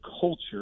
culture